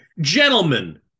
gentlemen